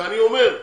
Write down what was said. ואני אומר,